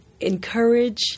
encourage